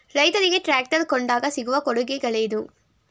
ರೈತರಿಗೆ ಟ್ರಾಕ್ಟರ್ ಕೊಂಡಾಗ ಸಿಗುವ ಕೊಡುಗೆಗಳೇನು?